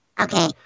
Okay